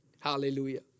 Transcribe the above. hallelujah